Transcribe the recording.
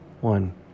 one